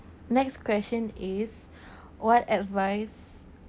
next question is what advice